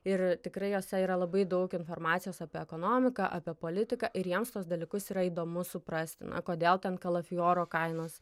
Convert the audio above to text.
ir tikrai juose yra labai daug informacijos apie ekonomiką apie politiką ir jiems tuos dalykus yra įdomu suprasti kodėl ten kalafioro kainos